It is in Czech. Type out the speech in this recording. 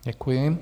Děkuji.